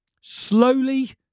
slowly